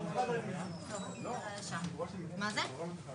זו שאלה שאני פשוט לא זוכר,